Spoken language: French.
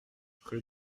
rue